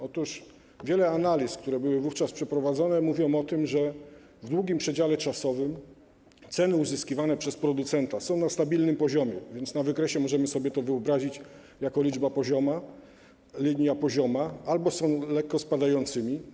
Otóż wiele analiz, które były wówczas przeprowadzone, mówi o tym, że w długim przedziale czasowym ceny uzyskiwane przez producenta są na stabilnym poziomie - na wykresie możemy sobie to wyobrazić jako linię poziomą - albo lekko spadają.